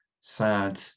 sad